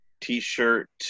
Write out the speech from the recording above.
t-shirt